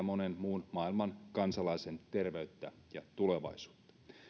monen muun maailman kansalaisen terveyttä ja tulevaisuutta